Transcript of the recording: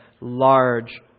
large